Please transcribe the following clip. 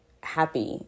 happy